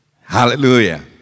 Hallelujah